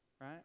Right